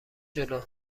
جلو